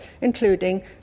including